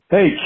Hey